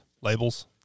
Labels